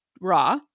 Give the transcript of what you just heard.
raw